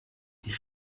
die